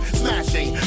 smashing